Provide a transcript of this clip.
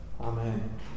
Amen